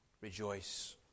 rejoice